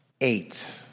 eight